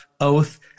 oath